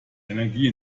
energie